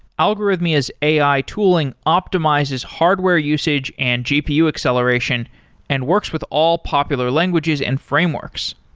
algorithmia's ai tooling optimizes hardware usage and gpu acceleration and works with all popular languages and frameworks.